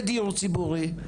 לדיור ציבורי.